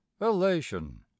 elation